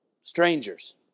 Strangers